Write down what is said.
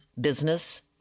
business